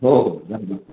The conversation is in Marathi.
हो हो